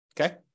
Okay